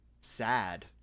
sad